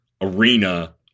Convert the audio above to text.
arena